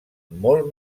molt